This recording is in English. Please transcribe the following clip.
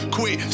Quit